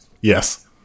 Yes